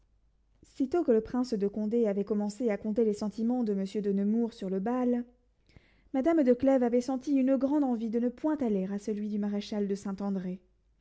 sitôt que le prince de condé avait commencé à conter les sentiments de monsieur de nemours sur le bal madame de clèves avait senti une grande envie de ne point aller à celui du maréchal de saint-andré